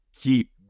keep